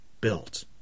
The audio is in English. built